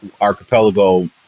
archipelago